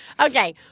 Okay